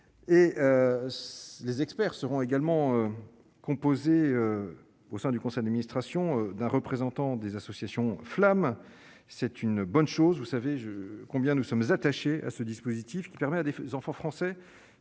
si les experts seront également composer au sein du conseil d'administration d'un représentant des associations flamme, c'est une bonne chose, vous savez je combien nous sommes attachés à ce dispositif qui permet à des enfants français